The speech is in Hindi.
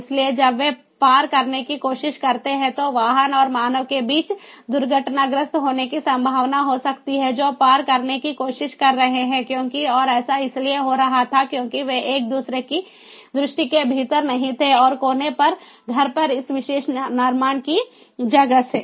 इसलिए जब वे पार करने की कोशिश करते हैं तो वाहन और मानव के बीच दुर्घटनाग्रस्त होने की संभावना हो सकती है जो पार करने की कोशिश कर रहे हैं क्योंकि और ऐसा इसलिए हो रहा था क्योंकि वे एक दूसरे की दृष्टि के भीतर नहीं थे और कोने पर घर पर इस विशेष निर्माण की वजह से